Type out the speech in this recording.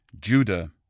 Judah